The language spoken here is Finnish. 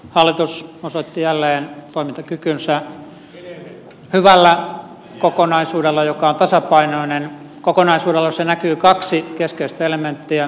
hallitus osoitti jälleen toimintakykynsä hyvällä kokonaisuudella joka on tasapainoinen kokonaisuudella jossa näkyy kaksi keskeistä elementtiä